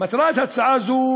מטרת הצעה זו